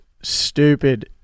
stupid